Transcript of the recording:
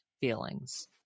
feelings